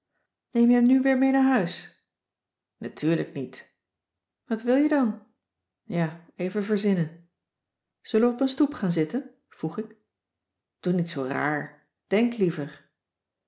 neem je hem nu weer mee naar huis natuurlijk niet wat wil je dan ja even verzinnen zullen we op een stoep gaan zitten vroeg ik doe niet zoo raar denk liever